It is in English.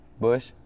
Bush